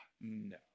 No